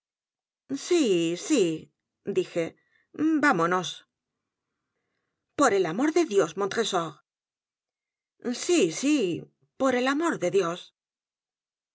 sí sí dije vamonos por él amor de dios montresors l sí sí por el amor de d i